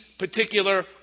particular